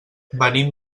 venim